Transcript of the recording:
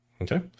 Okay